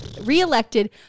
reelected